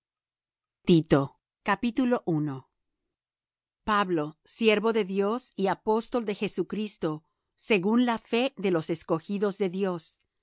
pablo siervo de dios y apóstol de jesucristo según la fe de los escogidos de dios